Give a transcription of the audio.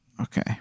Okay